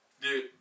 Dude